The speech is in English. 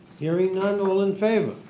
hearing none, all in favor?